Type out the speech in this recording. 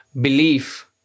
belief